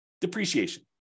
depreciation